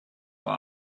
uhr